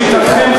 לשיטתכם,